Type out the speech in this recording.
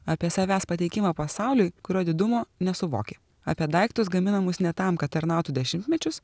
apie savęs pateikimą pasauliui kurio didumo nesuvoki apie daiktus gaminamus ne tam kad tarnautų dešimtmečius